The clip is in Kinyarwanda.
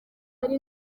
ari